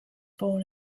born